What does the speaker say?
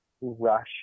rush